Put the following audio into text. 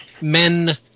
men